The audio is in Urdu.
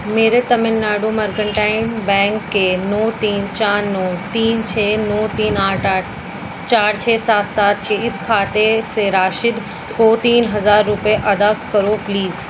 میرے تمل ناڈو مرکنٹائل بینک کے نو تین چار نو تین چھ نو تین آٹھ آٹھ چار چھ سات سات کے اس کھاتے سے راشد کو تین ہزار روپئے ادا کرو پلیز